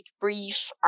brief